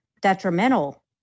detrimental